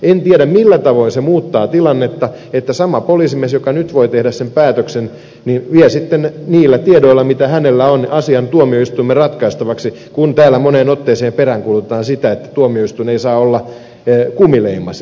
en tiedä millä tavoin se muuttaa tilannetta että sama poliisimies joka nyt voi tehdä sen päätöksen vie sitten niillä tiedoilla mitä hänellä on asian tuomioistuimen ratkaistavaksi kun täällä moneen otteeseen peräänkuulutetaan sitä että tuomioistuin ei saa olla kumileimasin